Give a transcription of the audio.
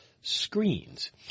screens